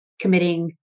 committing